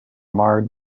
marred